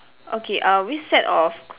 okay uh which set of